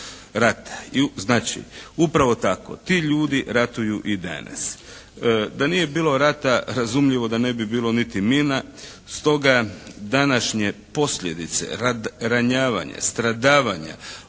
Znači upravo tako, ti ljudi ratuju i danas. Da nije bilo rata razumljivo da ne bi bilo niti mina. Stoga današnje posljedice ranjavanje, stradavanja